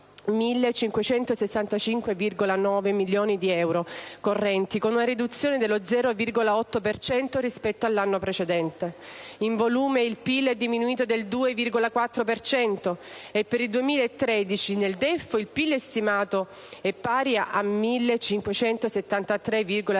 1.565,9 miliardi di euro correnti, con una riduzione dello 0,8 per cento rispetto all'anno precedente. In volume il PIL è diminuito del 2,4 per cento e per il 2013 nel DEF il PIL stimato è pari a 1.573,2